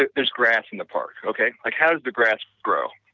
ah there is grass in the park, okay? like how does the grass grow?